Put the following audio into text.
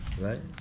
Right